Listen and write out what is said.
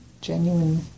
genuine